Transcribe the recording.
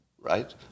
right